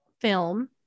film